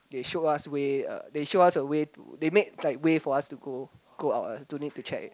they show us way they show us a way to they make like way for us like to go go out ah don't need to check